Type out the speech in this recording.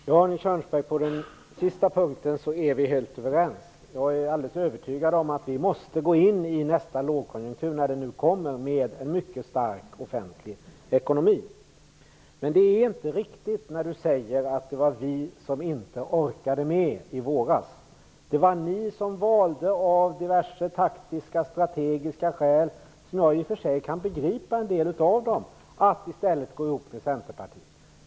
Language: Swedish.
Herr talman! Ja, på den sista punkten är Arne Kjörnsberg och jag helt överens. Jag är alldeles övertygad om att vi måste gå in i nästa lågkonjunktur, när den nu kommer, med en mycket stark offentlig ekonomi. Men det är inte riktigt att, som Arne Kjörnsberg gör, säga att det var vi i Vänsterpartiet som inte orkade med i våras. Det var ni som av diverse taktiska och strategiska skäl, en del av dem begriper jag i och för sig, valde att gå ihop med Centerpartiet.